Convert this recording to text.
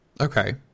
Okay